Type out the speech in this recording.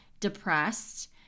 Depressed